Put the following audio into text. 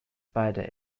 beider